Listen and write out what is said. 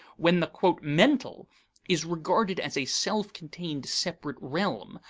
when the mental is regarded as a self-contained separate realm,